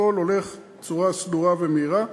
הכול הולך בצורה סדורה ומהירה.